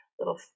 little